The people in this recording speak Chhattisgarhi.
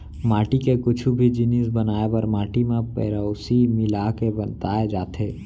माटी के कुछु भी जिनिस बनाए बर माटी म पेरौंसी मिला के मताए जाथे